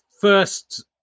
first